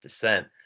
dissent